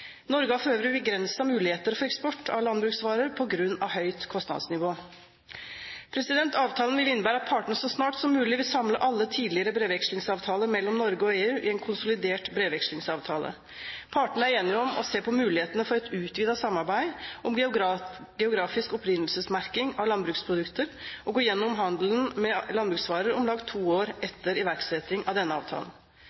Norge har for øvrig begrensede muligheter for eksport av landbruksvarer på grunn av høyt kostnadsnivå. Avtalen vil innebære av partene så snart som mulig vil samle alle tidligere brevvekslingsavtaler mellom Norge og EU i en konsolidert brevvekslingsavtale. Partene er enige om å se på mulighetene for et utvidet samarbeid om geografisk opprinnelsesmerking av landbruksprodukter og gå gjennom handelen med landbruksvarer om lag to år